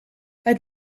het